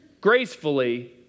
gracefully